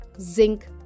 zinc